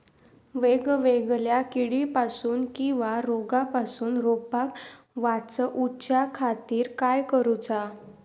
वेगवेगल्या किडीपासून किवा रोगापासून रोपाक वाचउच्या खातीर काय करूचा?